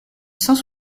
cent